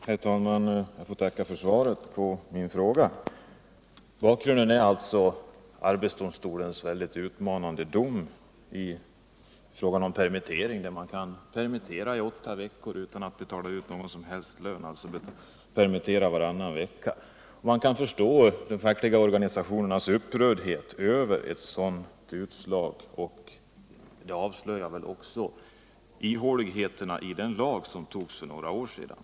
Herr talman! Jag får tacka för svaret på min fråga. Bakgrunden till frågan är alltså arbetsdomstolens mycket utmanande dom i fråga om permitteringar. Domen innebär att företag kan permittera varannan vecka i åtta veckor utan att betala ut någon som helst lön. Man kan förstå den fackliga organisationens upprördhet över ett sådant utslag. Det avslöjar också ihåligheten i den lag som antogs för några år sedan.